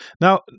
now